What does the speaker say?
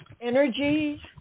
energy